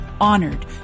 honored